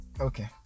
okay